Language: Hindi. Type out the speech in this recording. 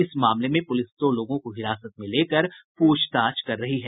इस मामले में पुलिस दो लोगों को हिरासत में लेकर पूछताछ कर रही है